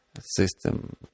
system